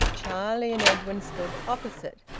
charlie and edwin stood opposite.